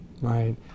right